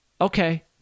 Okay